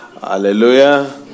hallelujah